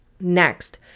Next